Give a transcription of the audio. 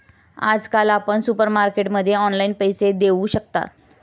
आजकाल आपण सुपरमार्केटमध्ये ऑनलाईन पैसे देऊ शकता